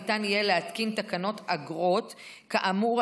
ניתן יהיה להתקין תקנות לאגרות כאמור על